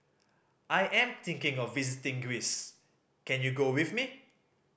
I am thinking of visiting Greece can you go with me